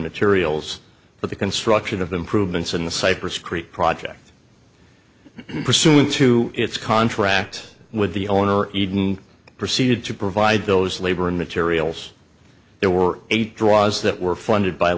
materials for the construction of improvements in the cypress creek project pursuant to its contract with the owner eden proceeded to provide those labor and materials there were eight draws that were funded by